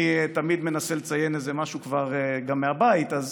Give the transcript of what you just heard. אני תמיד מנסה לציין גם משהו מהבית, אז